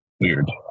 weird